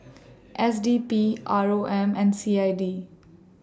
S D P R O M and C I D